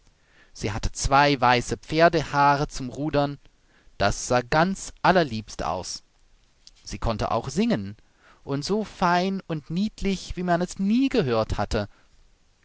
sie hatte zwei weiße pferdehaare zum rudern das sah ganz allerliebst aus sie konnte auch singen und so fein und niedlich wie man es nie gehört hatte